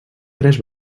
tres